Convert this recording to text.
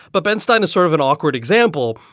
but ben stein is sort of an awkward example,